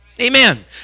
Amen